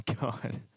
god